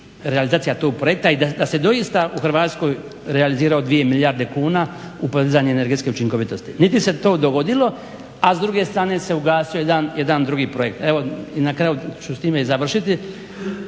realizacija tog projekta i da se doista u Hrvatskoj realizira 2 milijarde kuna u podizanje energetske učinkovitosti. Niti se to dogodilo, a s druge strane se ugasio jedan drugi projekt. Evo i na kraju ću s time i završiti.